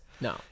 No